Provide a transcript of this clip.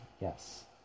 Yes